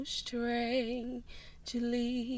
strangely